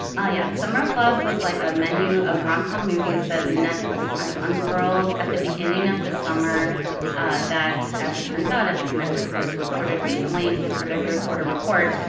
oh, yeah. the summer of love was like a menu of rom-com movies that netflix kind of unfurled at the beginning of the summer that, as it turns out, as netflix reported recently for their third-quarter report,